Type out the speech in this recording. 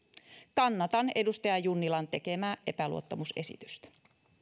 kannatan edustaja junnilan tekemää epäluottamusesitystä